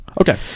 okay